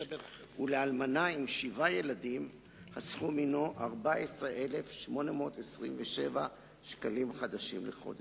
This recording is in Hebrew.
ולאלמנה עם שבעה ילדים הסכום הוא 14,827 שקלים חדשים לחודש.